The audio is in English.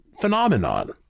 phenomenon